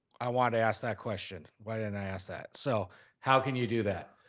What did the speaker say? i wanted to ask that question. why didn't i ask that? so how can you do that?